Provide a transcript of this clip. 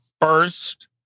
first